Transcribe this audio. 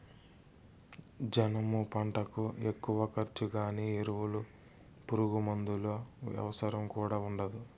జనుము పంటకు ఎక్కువ ఖర్చు గానీ ఎరువులు పురుగుమందుల అవసరం కూడా ఉండదు